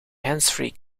handsfree